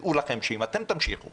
דעו לכם שאם אתם תמשיכו